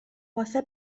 واسه